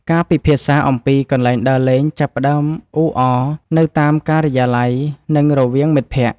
ការពិភាក្សាអំពីកន្លែងដើរលេងចាប់ផ្ដើមអ៊ូអរនៅតាមការិយាល័យ និងរវាងមិត្តភក្ដិ។